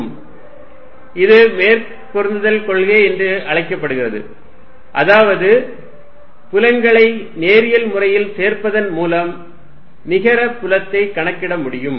Fnet14π0qQiri3ri இது மேற்பொருந்துதல் கொள்கை என்றும் அழைக்கப்படுகிறது அதாவது புலங்களை நேரியல் முறையில் சேர்ப்பதன் மூலம் நிகர புலத்தை கணக்கிட முடியும்